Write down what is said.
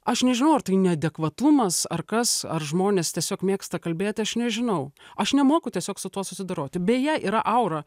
aš nežinau ar tai neadekvatumas ar kas ar žmonės tiesiog mėgsta kalbėti aš nežinau aš nemoku tiesiog su tuo susidoroti beje yra aura